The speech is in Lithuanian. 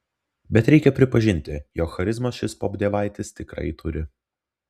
bet reikia pripažinti jog charizmos šis popdievaitis tikrai turi